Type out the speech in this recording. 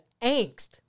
angst